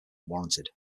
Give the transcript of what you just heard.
warranted